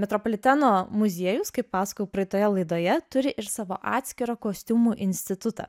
metropoliteno muziejus kaip pasakojau praeitoje laidoje turi ir savo atskirą kostiumų institutą